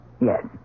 Yes